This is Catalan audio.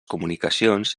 comunicacions